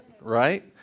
right